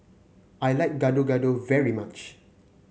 I like Gado Gado very much